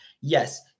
Yes